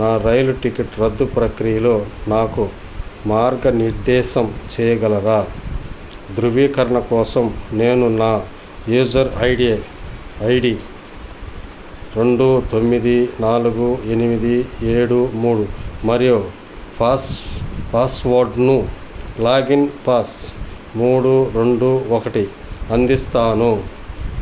నా రైలు టికెట్ రద్దు ప్రక్రియలో నాకు మార్గనిర్దేశం చేయగలరా ధృవీకరణ కోసం నేను నా యూజర్ ఐడే ఐడీ రెండు తొమ్మిది నాలుగు ఎనిమిది ఏడు మూడు మరియు ఫాస్ పాస్వర్డ్ను లాగిన్ పాస్ మూడు రెండు ఒకటి అందిస్తాను